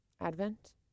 Advent